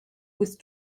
with